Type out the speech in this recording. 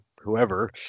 whoever